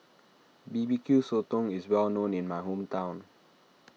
B B Q Sotong is well known in my hometown